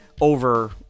over